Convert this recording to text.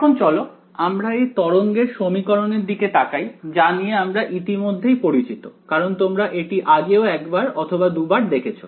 এখন এই তরঙ্গের সমীকরণ এর দিকে তাকানো যাক যা নিয়ে আমরা ইতিমধ্যেই পরিচিত কারণ তোমরা এটি আগেও একবার অথবা দুবার দেখেছো